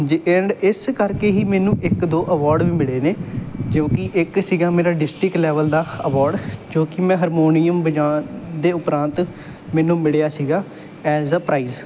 ਜੇ ਐਂਡ ਇਸ ਕਰਕੇ ਹੀ ਮੈਨੂੰ ਇੱਕ ਦੋ ਅਵਾਰਡ ਵੀ ਮਿਲੇ ਨੇ ਜੋ ਕਿ ਇੱਕ ਸੀਗਾ ਮੇਰਾ ਡਿਸਟਿਕ ਲੈਵਲ ਦਾ ਅਵਾਰਡ ਜੋ ਕਿ ਮੈਂ ਹਰਮੋਨੀਅਮ ਵਜਾ ਦੇ ਉਪਰੰਤ ਮੈਨੂੰ ਮਿਲਿਆ ਸੀਗਾ ਐਜ ਅ ਪ੍ਰਾਈਜ